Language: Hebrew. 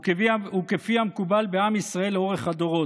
וכפי המקובל בעם ישראל לאורך הדורות.